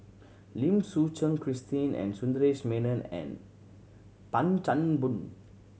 Lim Suchen Christine and Sundaresh Menon and Tan Chan Boon